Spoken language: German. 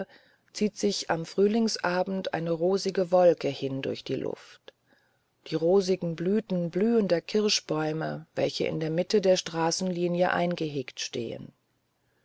zieht sich im frühlingsabend eine rosige wolke hin durch die luft die rosigen blüten blühender kirschbäume welche in der mitte der straßenlinie eingehegt stehen